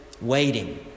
waiting